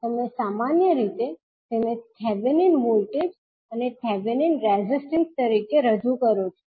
તમે સામાન્ય રીતે તેને થેવેનિન વોલ્ટેજ અને થેવેનિન રેઝિસ્ટન્સ તરીકે રજૂ કરો છો